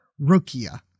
Rokia